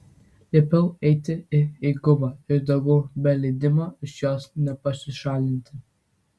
liepiau eiti į eiguvą ir daugiau be leidimo iš jos nepasišalinti